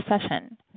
session